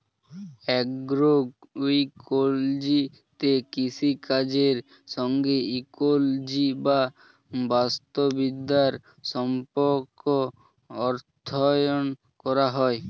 অ্যাগ্রোইকোলজিতে কৃষিকাজের সঙ্গে ইকোলজি বা বাস্তুবিদ্যার সম্পর্ক অধ্যয়ন করা হয়